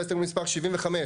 להסתייגות מספר 81?